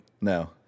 No